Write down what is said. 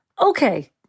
okay